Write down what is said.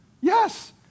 Yes